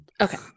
Okay